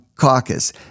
caucus